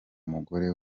mugore